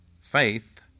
faith